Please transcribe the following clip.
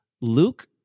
Luke